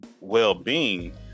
well-being